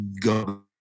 go